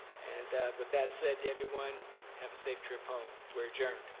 and with that said, everyone have a safe trip home, we're adjourned.